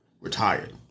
Retired